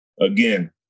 Again